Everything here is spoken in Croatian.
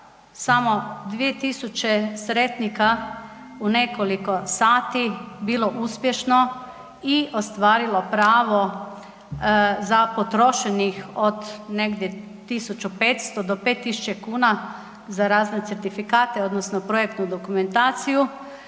samo 2000 sretnika u nekoliko sati bilo uspješno i ostvarilo pravo za potrošenih od negdje 1500 do 5000 kn za razne certifikate odnosno projektnu dokumentaciju,